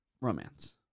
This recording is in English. Romance